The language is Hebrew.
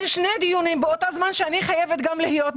שני דיונים שגם בהם אני חייבת להיות,